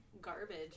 garbage